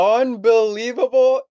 unbelievable